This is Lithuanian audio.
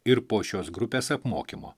ir po šios grupės apmokymo